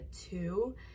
two